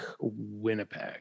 winnipeg